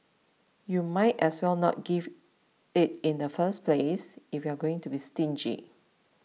you might as well not give it in the first place if you're going to be stingy